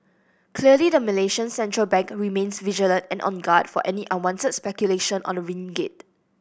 clearly the Malaysian central bank remains vigilant and on guard for any unwanted speculation on the ringgit